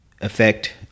affect